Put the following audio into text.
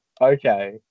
Okay